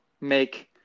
make